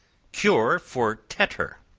cure for tetter.